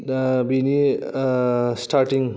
दा बिनि स्टार्टिं